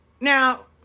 Now